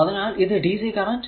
അതിനാൽ ഇത് dc current